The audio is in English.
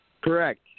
Correct